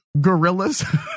gorillas